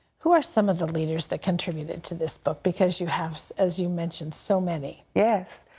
who are some of the leaders that contributed to this book, because you have, as you mentioned, so many. yes.